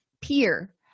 peer